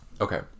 Okay